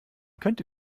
könnte